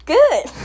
good